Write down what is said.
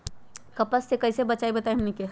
कपस से कईसे बचब बताई हमनी के?